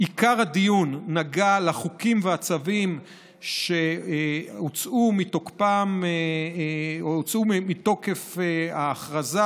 עיקר הדיון נגע לחוקים והצווים שהוצאו מתוקפם או הוצאו מתוקף ההכרזה,